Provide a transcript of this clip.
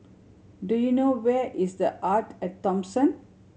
do you know where is The Arte At Thomson